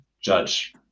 judge